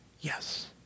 Yes